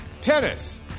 Tennis